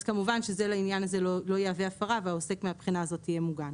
אז כמובן שזה לעניין הזה לא יהווה הפרה והעוסק מהבחינה הזאת יהיה מוגן.